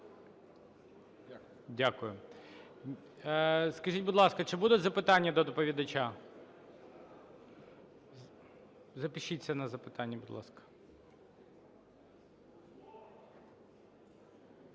Дякую. Скажіть, будь ласка, чи будуть запитання до доповідача? Запишіться на запитання, будь ласка.